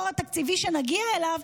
עם הבור התקציבי שנגיע אליו,